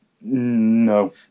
no